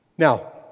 Now